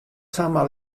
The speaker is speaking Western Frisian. samar